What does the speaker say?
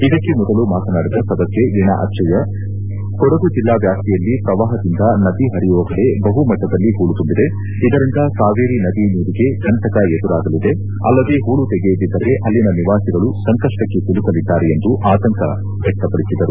ಇದಕ್ಕೆ ಮೊದಲು ಮಾತನಾಡಿದ ಸದಸ್ಕೆ ವೀಣಾ ಅಜ್ವಯ್ಕ ಕೊಡಗು ಜಿಲ್ಲಾ ವ್ಯಾಪ್ತಿಯಲ್ಲಿ ಪ್ರವಾಹದಿಂದ ನದಿ ಪರಿಯುವ ಕಡೆ ಬಹು ಮಟ್ಟದಲ್ಲಿ ಹೂಳು ತುಂಬಿದೆ ಇದರಿಂದ ಕಾವೇರಿ ನದಿ ನೀರಿಗೆ ಕಂಟಕ ಎದುರಾಗಲಿದೆ ಅಲ್ಲದೇ ಹೂಳು ತೆಗೆಯದಿದ್ದರೆ ಇಲ್ಲಿನ ನಿವಾಸಿಗಳು ಸಂಕಷ್ಟಕ್ಕೆ ಸಿಲುಕಲಿದ್ದಾರೆ ಎಂದು ಆತಂಕ ವ್ಯಕ್ತಪಡಿಸಿದರು